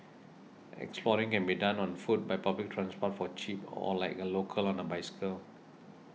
exploring can be done on foot by public transport for cheap or like a local on a bicycle